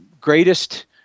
greatest –